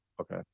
Okay